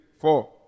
four